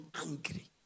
angry